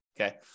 Okay